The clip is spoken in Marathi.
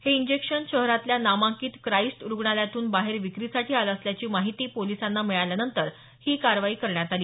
हे इंजेक्शन शहरातल्या नामांकित क्राईस्ट रुग्णालयातून बाहेर विक्रीसाठी आले असल्याची माहिती पोलिसांना मिळाल्यानंतर ही कारवाई करण्यात आली